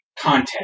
content